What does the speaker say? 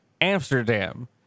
Amsterdam